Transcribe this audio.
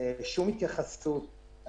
ושום התייחסות.